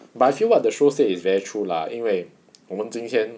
but I feel what the show said it's very true lah 因为我们今天